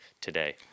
today